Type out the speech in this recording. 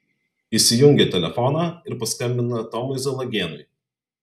įsijungia telefoną ir paskambina tomui zalagėnui